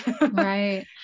Right